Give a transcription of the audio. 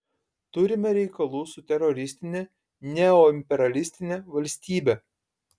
turime reikalų su teroristine neoimperialistine valstybe